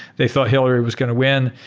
they thought hillary was going to win.